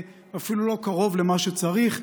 אפילו לא קרוב למה שצריך.